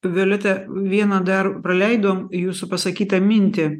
violeta vieną dar praleidom jūsų pasakytą mintį